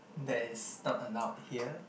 that is not allowed here